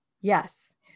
Yes